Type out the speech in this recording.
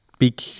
Big